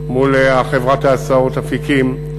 מול חברת ההסעות "אפיקים".